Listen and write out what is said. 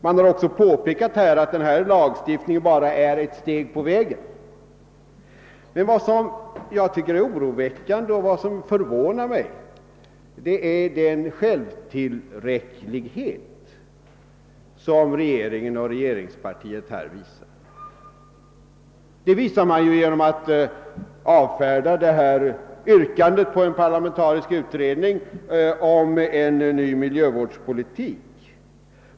Det har också påpekats här att denna lagstiftning bara är ett steg på vägen. Vad jag finner oroväckande och vad som förvånar mig är emellertid den självtillräcklighet, som regeringen och regeringspartiet visar genom att avfärda yrkandet på en parlamentarisk utredning om en ny miljövårdspolitik.